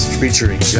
featuring